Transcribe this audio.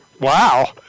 Wow